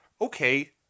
okay